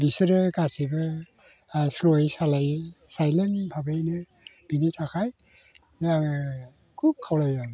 बिसोरो गासैबो स्ल'यै सालायो सायलेन्ट भाबैनो बेनि थाखाय खुब खावलायो आं